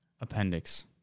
Appendix